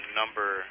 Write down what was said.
number